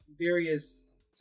various